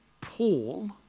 Paul